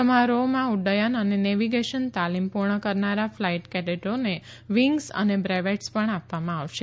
સમારોહમાં ઉદ્દયન અને નેવિગેશન તાલીમ પૂર્ણ કરનારા ફ્લાઇટ કેડેટોને વિંગ્સ અને બ્રેવેટ્સ પણ આપવામાં આવશે